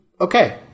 okay